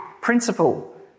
principle